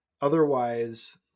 otherwise